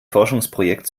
forschungsprojekt